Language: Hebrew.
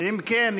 אם כן,